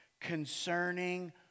concerning